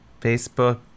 Facebook